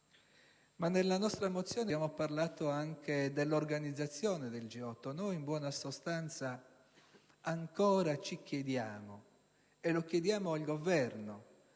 Nella nostra mozione, però, abbiamo parlato anche dell'organizzazione del G8. In buona sostanza ancora ci chiediamo - e lo chiediamo al Governo